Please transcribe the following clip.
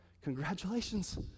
Congratulations